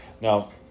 Now